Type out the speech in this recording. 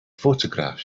photograph